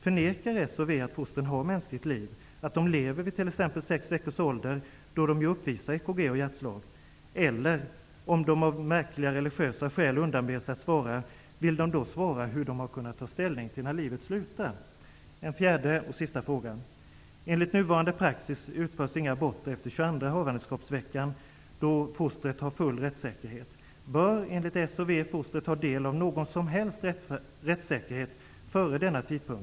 Förnekar Socialdemokraterna och Vänsterpartiet att fostren har mänskligt liv, att de exempelvis lever vid sex veckors ålder, då de ju uppvisar EKG och hjärtslag? Om det är av dessa märkliga religiösa skäl som ni undanber er att svara, kan ni då besvara hur ni har kunnat ta ställning till när livet slutar? 22:a havandeskapsveckan, då fostret har full rättssäkerhet. Anser Socialdemokraterna och Vänsterpartiet att fostret bör ha del av någon som helst rättssäkerhet före denna tidpunkt?